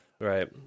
Right